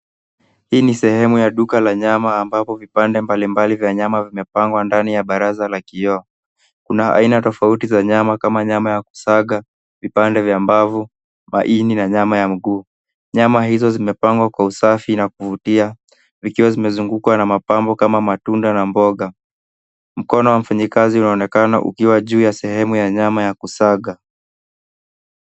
Hii ni sehemu ya duka la nyama ambapo vipande mbali mbali vya nyama vimepangwa ndani ya baraza la kioo. Kuna aina tofauti za nyama kama: nyama ya kusaga, vipande vya mbavu, maini na nyama ya mguu. Nyama hizo zimepangwa kwa usafi na kuvutia, vikiwa zimezungukwa na mapambo kama matunda na mboga. Mkono wa mfanyikazi unaonekana ukiwa juu ya sehemu ya nyama ya kusaga.